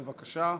בבקשה,